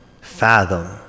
fathom